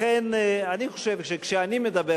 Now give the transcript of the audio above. לכן אני חושב שכשאני מדבר,